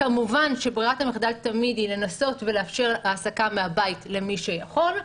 כמובן שברירת המחדל תמיד היא לנסות ולאפשר העסקה מהבית למי שיכול.